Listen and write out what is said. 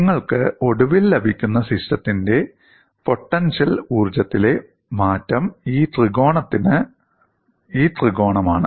നിങ്ങൾക്ക് ഒടുവിൽ ലഭിക്കുന്ന സിസ്റ്റത്തിന്റെ പൊട്ടൻഷ്യൽ ഊർജ്ജത്തിലെ മാറ്റം ഈ ത്രികോണമാണ്